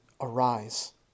arise